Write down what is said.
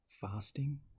fasting